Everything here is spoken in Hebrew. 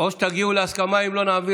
אמרנו ועדה, לא?